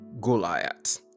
Goliath